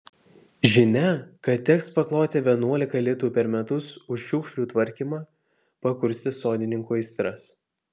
žinia kad teks pakloti vienuolika litų per metus už šiukšlių tvarkymą pakurstė sodininkų aistras